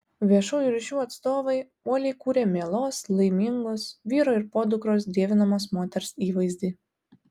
viešųjų ryšių atstovai uoliai kūrė mielos laimingos vyro ir podukros dievinamos moters įvaizdį